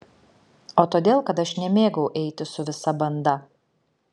o todėl kad aš nemėgau eiti su visa banda